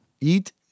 eat